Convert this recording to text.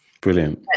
Brilliant